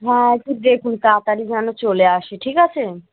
হ্যাঁ একটু দেখুন তাড়াতাড়ি যেন চলে আসে ঠিক আছে